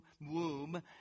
womb